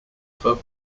for